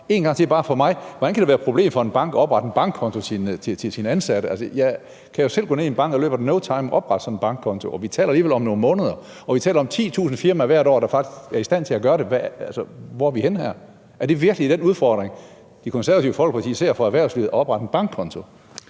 én gang til bare for mig? Hvordan kan det være et problem for en bank at oprette en bankkonto til sine ansatte? Altså, jeg kan jo selv gå ned i en bank og i løbet af no time oprette sådan en bankkonto. Og vi taler alligevel om nogle måneder, og vi taler om 10.000 firmaer hvert år, der faktisk er i stand til at gøre det. Hvor er vi henne her? Er det virkelig den udfordring, De Konservative ser for erhvervslivet, altså at oprette en bankkonto?